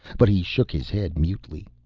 but he shook his head mutely.